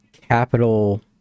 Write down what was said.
capital